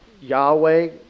Yahweh